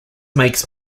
makes